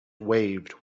waved